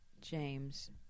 James